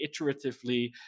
iteratively